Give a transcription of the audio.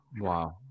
Wow